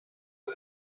was